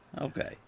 Okay